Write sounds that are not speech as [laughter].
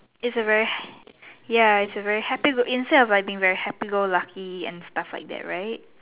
it's a very [breath] ya it's a very happy look instead of being happy go lucky and stuff like that right